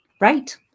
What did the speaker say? Right